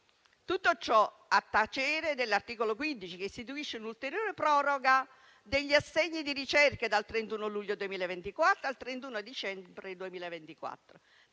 Tutto ciò a tacere dell'articolo 15, che istituisce l'ulteriore proroga degli assegni di ricerca dal 31 luglio 2024 al 31 dicembre 2024,